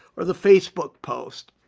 or the facebook post,